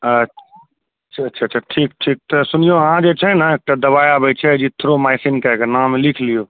अच्छा अच्छा अच्छा ठीक ठीक तऽ सुनियौ अहाँ जे छै ने एकटा दबाइ आबैत छै एजिथ्रोमाइसिन कए कऽ नाम लिख लियौ